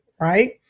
right